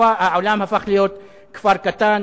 העולם הפך להיות כפר קטן,